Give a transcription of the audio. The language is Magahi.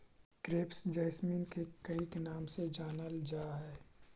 क्रेप जैसमिन के कईक नाम से जानलजा हइ